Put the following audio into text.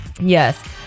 yes